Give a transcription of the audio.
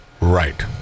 Right